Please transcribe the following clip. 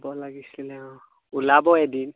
হ'ব লাগিছিলে অঁ ওলাব এদিন